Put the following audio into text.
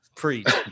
preach